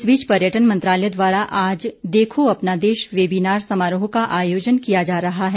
इस बीच पर्यटन मंत्रालय द्वारा आज देखो अपना देश वेविनार समारोह का आयोजन किया जा रहा है